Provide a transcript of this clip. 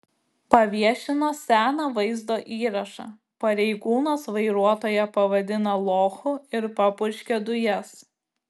paviešino seną vaizdo įrašą pareigūnas vairuotoją pavadina lochu ir papurškia dujas